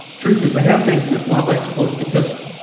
truth is the hand-maiden of love, i suppose, because